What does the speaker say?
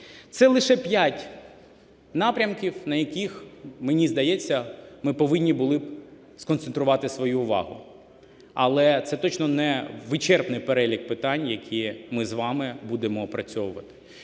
Це лише п'ять напрямків, на яких, мені здається, ми повинні були б сконцентрувати свою увагу. Але це точно не вичерпний перелік питань, які ми з вами будемо опрацьовувати.